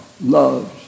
loves